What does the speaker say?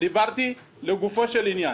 דיברתי לגופו של עניין.